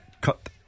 cut